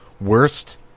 Worst